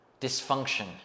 dysfunction